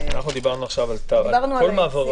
דיברנו עכשיו על מעבר טאבה.